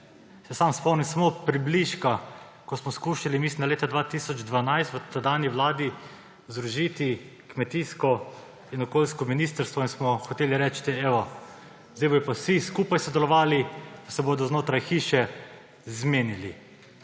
Se samo spomnim približka, ko smo skušali – mislim, da leta 2012 v tedanji vladi – združiti kmetijsko in okoljsko ministrstvo in smo hoteli reči, evo zdaj pa bodo vsi skupaj sodelovali, pa se bodo znotraj hiše zmenili.